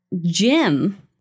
Jim